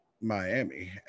Miami